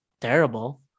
terrible